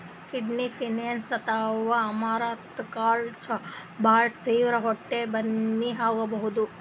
kidney beans ಅಥವಾ amaranth ಕಾಳ್ ಭಾಳ್ ತಿಂದ್ರ್ ಹೊಟ್ಟಿ ಬ್ಯಾನಿ ಆಗಬಹುದ್